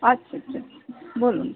আচ্ছা আচ্ছা বলুন